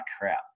crap